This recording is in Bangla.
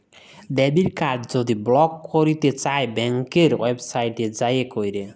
ডেবিট কাড় যদি ব্লক ক্যইরতে চাই ব্যাংকের ওয়েবসাইটে যাঁয়ে ক্যরে